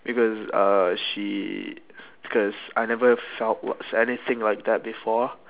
because uh she because I never felt what's anything like that before